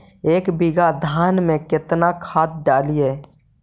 एक बीघा धन्मा में केतना खाद डालिए?